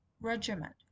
regiment